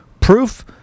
Proof